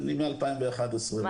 מ-2011.